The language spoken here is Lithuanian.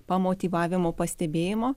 pamotyvavimo pastebėjimo